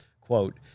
Quote